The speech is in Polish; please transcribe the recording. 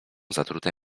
zatrute